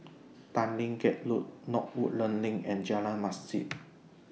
Tanglin Gate Road North Woodlands LINK and Jalan Masjid